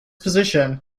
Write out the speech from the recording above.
position